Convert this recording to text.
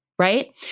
Right